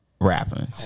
rapping